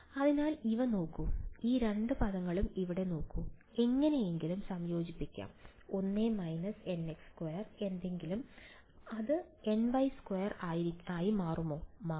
അതിനാൽ ഇവ നോക്കൂ ഈ രണ്ട് പദങ്ങളും ഇവിടെ നോക്കൂ എങ്ങനെയെങ്കിലും സംയോജിപ്പിക്കാം 1 − nx2 എന്തെങ്കിലും അങ്ങനെ അത് ny2 ആയി മാറുന്നു